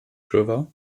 river